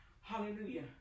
Hallelujah